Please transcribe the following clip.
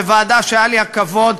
בוועדה שהיה לי הכבוד,